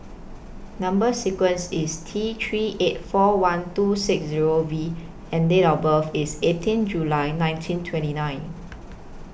Number sequence IS T three eight four one two six Zero V and Date of birth IS eighteen July nineteen twenty nine